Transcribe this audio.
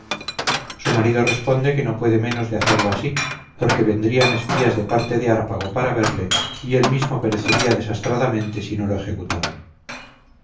su marido responde que no puede menos de hacerlo así porque vendrían espías de parte de hárpago para verle y él mismo perecería desastradamente si no lo ejecutaba